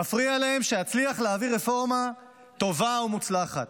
מפריע להם שאצליח להעביר רפורמה טובה ומוצלחת.